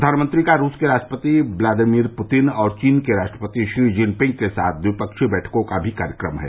प्रधानमंत्री का रूस के राष्ट्रपति व्लादीमिर पुतिन और चीन के राष्ट्रपति शी जिनपिंग के साथ द्विफ्कीय बैठकों का भी कार्यक्रम है